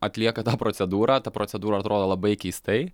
atlieka tą procedūrą ta procedūra atrodo labai keistai